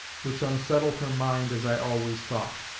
which unsettled her mind as i always thought.